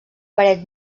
paret